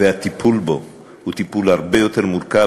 והטיפול בו הוא טיפול הרבה יותר מורכב,